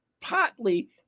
partly